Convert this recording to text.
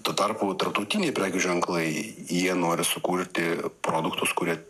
tuo tarpu tarptautiniai prekių ženklai jie nori sukurti produktus kurie